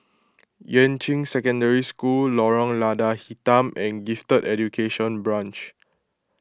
Yuan Ching Secondary School Lorong Lada Hitam and Gifted Education Branch